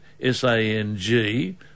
S-A-N-G